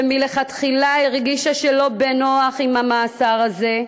שמלכתחילה הרגישה שלא בנוח עם המעצר הזה?